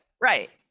Right